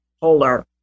polar